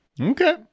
Okay